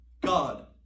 God